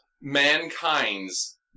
mankind's